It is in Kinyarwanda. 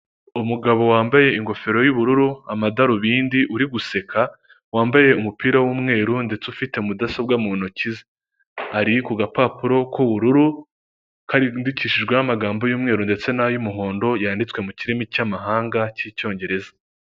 Umugabo wambaye ingofero y'ubururu amadarubindi, uri guseka wambaye umupira wumweru ndetse ufite mudasobwa mu ntoki ze. Ari ku gapapuro k'ubururu kandidikishijweho amagambo yumweru ndetse n'ayumuhondo yanditswe mu kirimi cyamahanga cyicyongereza.